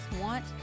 want